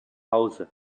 hause